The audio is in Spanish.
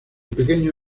pequeño